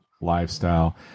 lifestyle